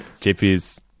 JP's